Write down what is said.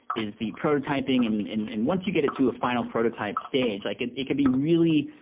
is the prototyping, and and once you get it to a final prototype stage, like it it could be really,